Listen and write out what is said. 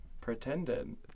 Pretended